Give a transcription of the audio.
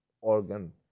organ